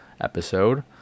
episode